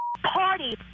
party